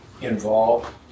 involved